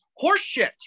horseshit